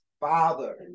father